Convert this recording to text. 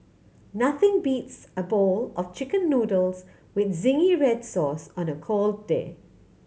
nothing beats a bowl of Chicken Noodles with zingy red sauce on a cold day